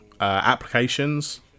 applications